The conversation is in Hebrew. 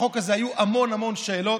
בחוק הזה היו המון המון שאלות,